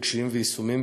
רגשיים ויישומיים,